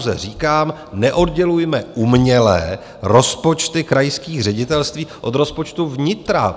Já pouze říkám, neoddělujme uměle rozpočty krajských ředitelství od rozpočtu vnitra.